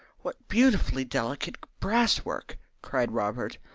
what beautifully delicate brass-work! cried robert,